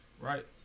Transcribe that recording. Right